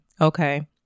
okay